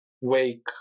wake